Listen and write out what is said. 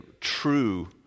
true